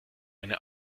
eine